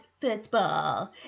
football